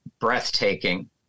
breathtaking